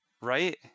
right